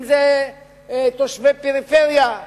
אם תושבי הפריפריה.